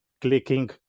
clicking